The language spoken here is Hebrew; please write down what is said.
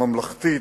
ממלכתית,